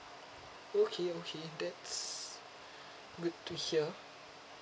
okay okay that's good to hear